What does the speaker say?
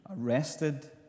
arrested